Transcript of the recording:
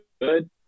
good